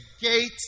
gate